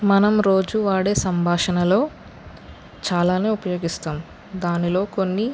మనం రోజు వాడే సంభాషణలో చాలానే ఉపయోగిస్తాము దానిలో కొన్ని